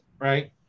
right